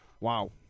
Wow